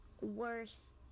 worth